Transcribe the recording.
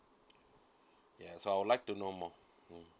ya so I would like to know more mm